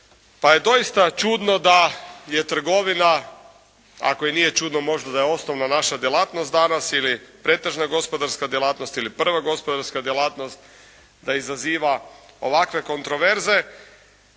pa je doista čudno da je trgovina, ako i nije čudno možda da je osnovna naša djelatnost danas ili pretežno gospodarska djelatnost ili prva gospodarska djelatnost, da izaziva ovakve kontraverze,